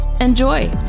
Enjoy